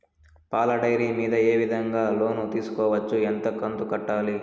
పాల డైరీ మీద ఏ విధంగా లోను తీసుకోవచ్చు? ఎంత కంతు కట్టాలి?